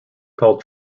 called